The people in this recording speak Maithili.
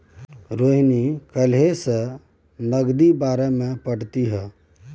रोहिणी काल्हि सँ नगदीक बारेमे पढ़तीह